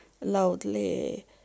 loudly